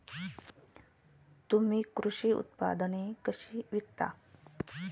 तुम्ही कृषी उत्पादने कशी विकता?